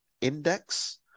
index